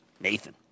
Nathan